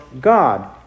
God